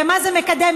במה זה מקדם,